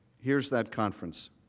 here is that conference.